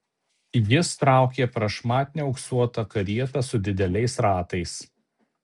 jis traukė prašmatnią auksuotą karietą su dideliais ratais